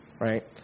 Right